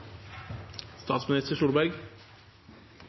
statsminister Solberg,